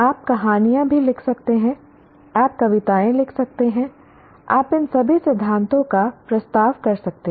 आप कहानियाँ भी लिख सकते हैं आप कविताएँ लिख सकते हैं आप इन सभी सिद्धांतों का प्रस्ताव कर सकते हैं